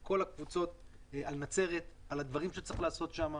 על נצרת ועל הדברים שצריך לעשות שם.